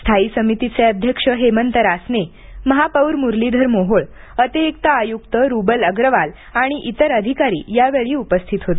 स्थायी समितीचे अध्यक्ष हेमंत रासने महापौर मुरलीधर मोहोळ अतिरिक्त आयुक्त रुबल अग्रवाल आणि इतर अधिकारी यावेळी उपस्थित होते